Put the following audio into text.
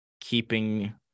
keeping